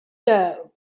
doe